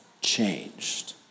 changed